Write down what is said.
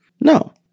No